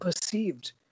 perceived